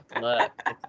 look